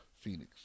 Phoenix